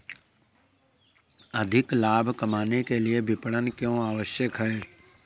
अधिक लाभ कमाने के लिए विपणन क्यो आवश्यक है?